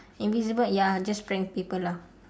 invisible ya just prank people lah